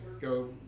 go